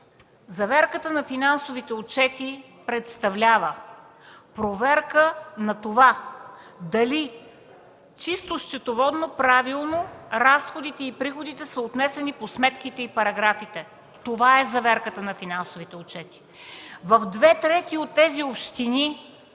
Заверката на финансовите отчети представлява проверка на това дали чисто счетоводно правилно разходите и приходите са отнесени по сметките и параграфите. Това е заверката на финансовите отчети. В две трети от тези общини